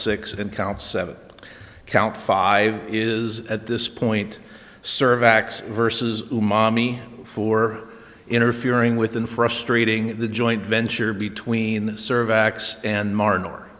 six and counts seven count five is at this point serve x versus mommy for interfering with and frustrating the joint venture between serve x and mar